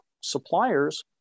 suppliers